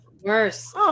Worse